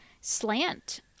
slant